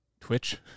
Twitch